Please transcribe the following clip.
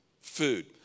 food